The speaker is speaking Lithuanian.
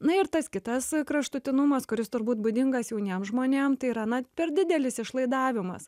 na ir tas kitas kraštutinumas kuris turbūt būdingas jauniem žmonėm tai yra na per didelis išlaidavimas